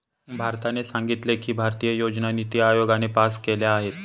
भारताने सांगितले की, भारतीय योजना निती आयोगाने पास केल्या आहेत